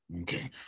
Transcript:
Okay